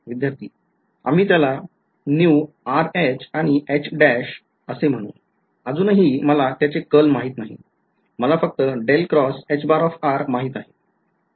विध्यार्थी आम्ही त्याला nu r H आणि H dash असे म्हणू अजूनही मला त्याचे कर्ल माहित नाही मला फक्त माहित आहे